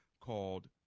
called